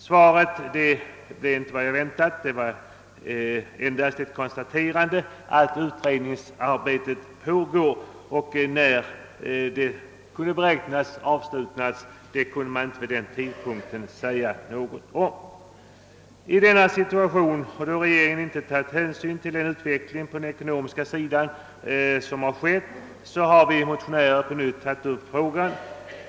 Svaret blev inte vad jag väntat; det var endast ett konstaterande av att utredningsarbetet pågick. När arbetet kunde beräknas vara avslutat kunde statsrådet vid denna tidpunkt inte säga något om. I denna situation, och då regeringen inte tagit hänsyn till den utveckling som har skett på den ekonomiska sidan, har vi motionärer på nytt aktualiserat frågan.